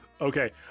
Okay